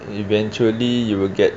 eventually you will get